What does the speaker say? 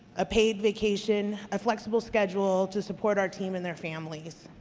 a paid vacation, a flexible schedule to support our team and their families.